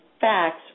facts